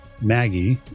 Maggie